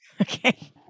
okay